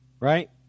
Right